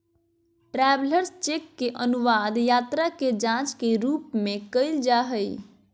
travellers cheque के अनुवाद यात्रा के जांच के रूप में कइल जा हइ